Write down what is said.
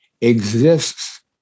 exists